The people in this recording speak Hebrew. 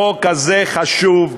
החוק הזה חשוב,